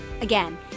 Again